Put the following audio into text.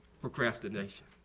procrastination